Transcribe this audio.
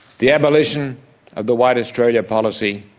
the abolition of the white australia policy.